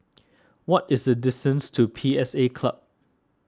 what is the distance to P S A Club